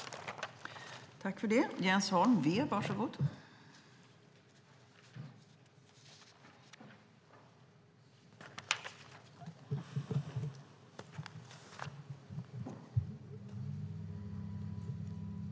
Då Emma Wallrup hade framställt interpellationen under den tid hon tjänstgjort som ersättare för ledamot som därefter återtagit sin plats i riksdagen, medgav förste vice talmannen att Jens Holm i stället fick delta i överläggningen.